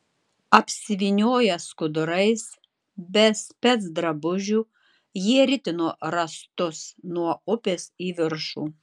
apsivynioję skudurais be specdrabužių jie ritino rąstus nuo upės į viršų